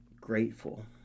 grateful